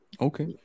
Okay